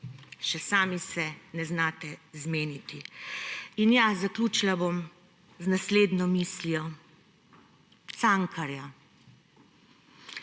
Še sami se ne znate zmeniti. Zaključila bom z naslednjo mislijo Cankarja: